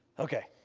okay.